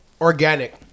organic